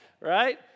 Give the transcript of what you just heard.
right